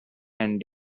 and